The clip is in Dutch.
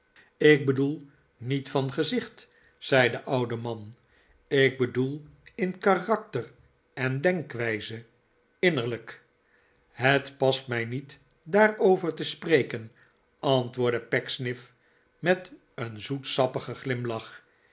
ik bedoel niet van gezicht zei de oude man ik bedoel in karakter en denkwijze innerlijk het past mij niet daarover te spreken antwoordde pecksniff met een zoetsappigen glimlach